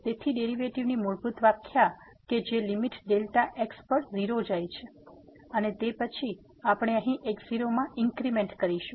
તેથી ડેરીવેટીવની મૂળભૂત વ્યાખ્યા કે જે લીમીટ ડેલ્ટા x 0 પર જાય છે અને તે પછી આપણે અહીં x0 માં ઇન્ક્રીમેન્ટ કરીશું